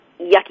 yucky